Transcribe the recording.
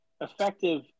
effective